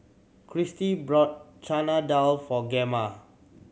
Kirstie bought Chana Dal for Gemma